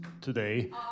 today